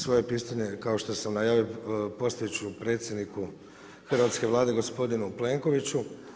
Svoje pitanje, kao što sam najavio, postaviti ću predsjedniku Hrvatske Vlade, gospodinu Plenkoviću.